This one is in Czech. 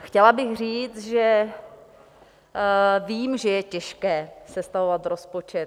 Chtěla bych říct, že vím, že je těžké sestavovat rozpočet.